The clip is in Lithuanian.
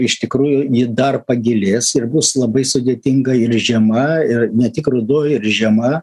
iš tikrųjų ji dar pagilės ir bus labai sudėtinga ir žiema ir ne tik ruduo ir žiema